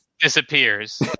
Disappears